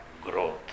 growth